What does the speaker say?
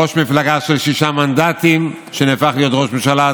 ראש מפלגה של שישה מנדטים הפך להיות ראש ממשלה,